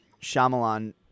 Shyamalan